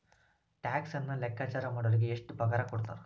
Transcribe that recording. ಟ್ಯಾಕ್ಸನ್ನ ಲೆಕ್ಕಾಚಾರಾ ಮಾಡೊರಿಗೆ ಎಷ್ಟ್ ಪಗಾರಕೊಡ್ತಾರ??